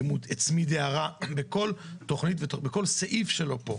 האם הוא הצמיד הערה בכל סעיף שלו פה,